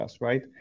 right